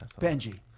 Benji